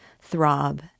throb